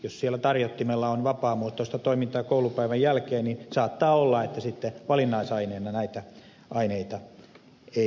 jos tarjottimella on vapaamuotoista toimintaa koulupäivän jälkeen niin saattaa olla että sitten valinnaisaineina näitä aineita ei valita